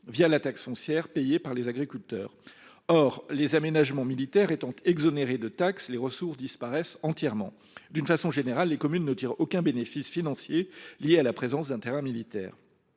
la taxe foncière payée par les agriculteurs. Or les aménagements militaires étant exonérés de taxes, les ressources disparaissent entièrement. D’une façon générale, les communes ne tirent aucun bénéfice financier lié à la présence d’un terrain militaire.